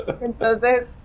Entonces